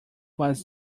was